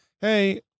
hey